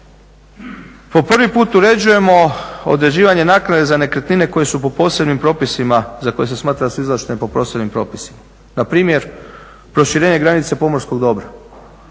Po prvi put uređujemo određivanje naknade za nekretnine koje su po posebnim propisima, za koje se smatra da su izvlaštene po posebnim propisima. Na primjer, proširenje granice pomorskog dobra.